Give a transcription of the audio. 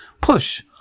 Push